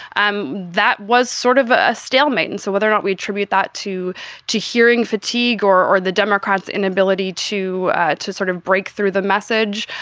that was sort of a stalemate. and so whether or not we attribute that to to hearing fatigue or or the democrats inability to to sort of break through the message,